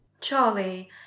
Charlie